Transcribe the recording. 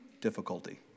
difficulty